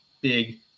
big